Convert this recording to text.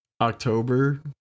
October